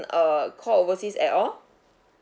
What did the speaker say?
uh call overseas at all